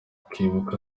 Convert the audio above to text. kwibuka